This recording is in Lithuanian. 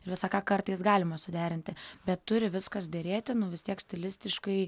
visa ką kartais galima suderinti bet turi viskas derėti nu vis tiek stilistiškai